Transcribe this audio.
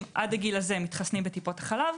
עד הגיל הזה מתחסנים בטיפות החלב.